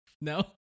no